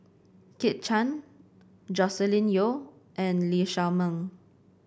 Kit Chan Joscelin Yeo and Lee Shao Meng